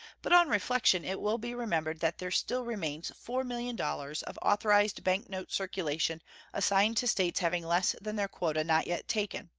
but on reflection it will be remembered that there still remains four million dollars of authorized bank-note circulation assigned to states having less than their quota not yet taken.